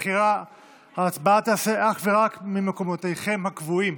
וההצבעה תיעשה אך ורק ממקומותיכם הקבועים,